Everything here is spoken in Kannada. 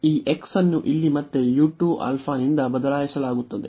ಈ x ಅನ್ನು ಇಲ್ಲಿ ಮತ್ತೆ u 2 α - ನಿಂದ ಬದಲಾಯಿಸಲಾಗುತ್ತದೆ